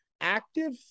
Active